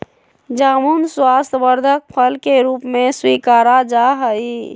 जामुन स्वास्थ्यवर्धक फल के रूप में स्वीकारा जाहई